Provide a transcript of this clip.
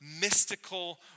mystical